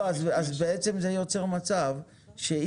השאלה היא האם אפשר להשתמש בתשתית.